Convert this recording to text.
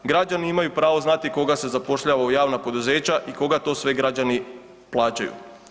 Građani imaju pravo znati koga se zapošljava u javna poduzeća i koga to sve građani plaćaju.